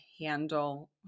handle